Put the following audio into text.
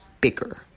bigger